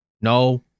no